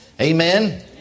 Amen